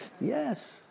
Yes